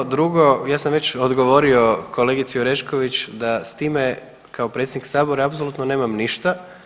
Drugo, ja sam već odgovorio kolegici Orešković da s time kao predsjednik sabora apsolutno nemam ništa.